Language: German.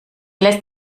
lässt